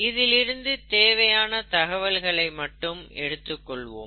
இதில் இருந்து தேவையான தகவல்களை மட்டும் எடுத்துக் கொள்வோம்